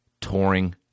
touring